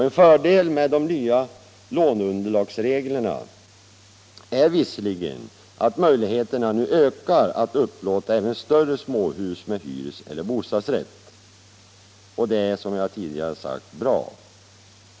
En fördel med de nya låneunderlagsreglerna är visserligen att möjligheterna nu ökar att upplåta även större småhus med hyreseller bostadsrätt, och det är, som jag tidigare sagt, bra.